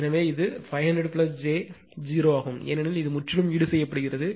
எனவே இது 500j0 ஆகும் ஏனெனில் இது முற்றிலும் ஈடுசெய்யப்படுகிறது